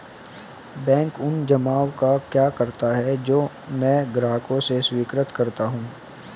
Bank उन जमाव का क्या करता है जो मैं ग्राहकों से स्वीकार करता हूँ?